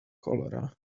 cholera